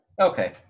okay